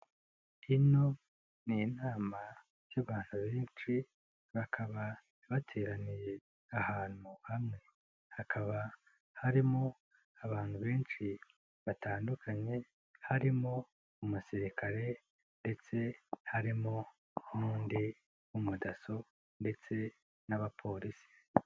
Ino ni inama y'abantu benshi bakaba bateraniye ahantu hamwe. Hakaba harimo abantu benshi batandukanye harimo umusirikare ndetse harimo n'undi w'umudaso ndetse n'abapolisi.